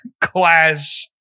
class